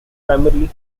primarily